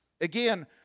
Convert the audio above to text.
Again